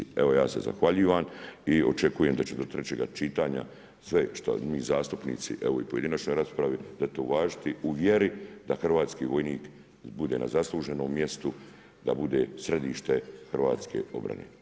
Evo ja se zahvaljivam i očekujem da će do trećega čitanja sve što mi zastupnici evo i u pojedinačnoj raspravi, dakle uvažiti u vjeri da hrvatski vojnik bude na zasluženom mjestu, da bude središte hrvatske obrane.